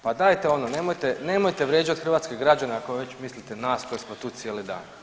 Pa dajte ono, nemojte vrijeđati hrvatske građane ako već mislite nas koji smo tu cijeli dan.